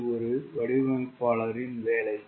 இது ஒரு வடிவமைப்பாளர்களின் வேலை